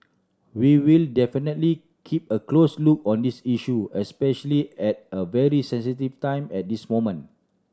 we will definitely keep a close look on this issue especially at a very sensitive time at this moment